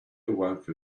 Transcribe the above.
awoke